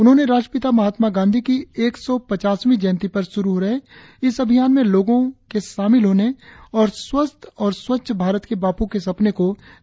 उन्होंने राष्ट्रपिता महात्मा गांधी की एक साव पचासवीं जयंती पर श्रु हो रहे इस अभियान में लोगों में शामिल होने और स्वस्थ और स्वच्छ भारत के बापू के सपने को साकार करने की अपील की